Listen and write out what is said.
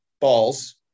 balls